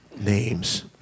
names